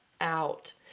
out